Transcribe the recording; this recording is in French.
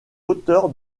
auteur